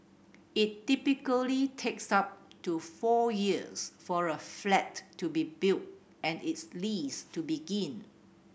it typically takes up to four years for a flat to be built and its lease to begin